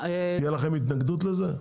תהיה לכם התנגדות לזה?